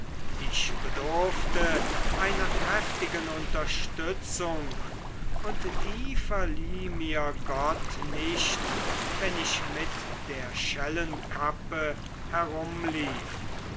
ich bedurfte einer kräftigen unterstützung und die verlieh mir gott nicht wenn ich mit der schellenkappe herumlief